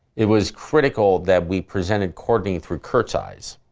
it was critical that we presented courtney through kurt's eyes,